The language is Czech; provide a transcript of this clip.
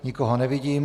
Nikoho nevidím.